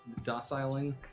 dociling